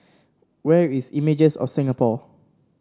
where is Images of Singapore